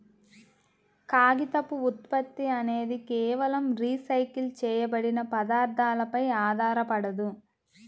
కాగితపు ఉత్పత్తి అనేది కేవలం రీసైకిల్ చేయబడిన పదార్థాలపై ఆధారపడదు